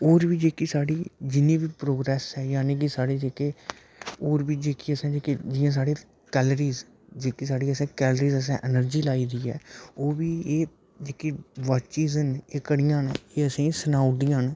होर बी जेह्की साढ़ी जि'न्नी बी प्रोग्रेस ऐ जानि की साढ़े जेह्के होर बी जेह्की असें जेह्की जि'यां साढ़ी कैलरीज जेह्की साढ़ी असें कैलरीज असें एनर्जी लाई दी ऐ ओह् बी एह् जेह्के वॉच्स न एह् घड़ियां न एह् असें ई सनाऊ दियां न